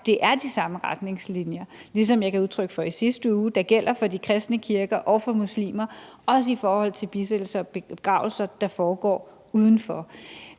det er de samme retningslinjer, ligesom jeg gav udtryk for i sidste uge, der gælder for de kristne kirker og for muslimer, også i forhold til bisættelser og begravelser, der foregår udenfor.